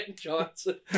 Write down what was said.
johnson